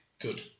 good